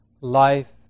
life